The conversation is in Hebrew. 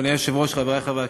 התשע"ד 2014, של חבר הכנסת